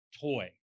toy